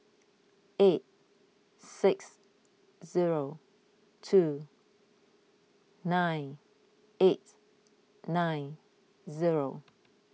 eight six zero two nine eight nine zero